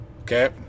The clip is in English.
okay